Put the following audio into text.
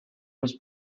was